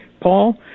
Paul